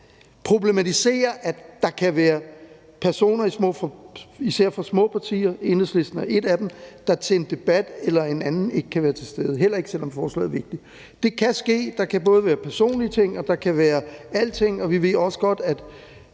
problematisere, at der kan være personer, især fra små partier, og Enhedslisten er et af dem, der til en debat eller noget andet ikke kan være til stede, heller ikke selv om forslaget er vigtigt. Det kan ske. Der kan både være personlige ting og alting, og vi ved også godt, at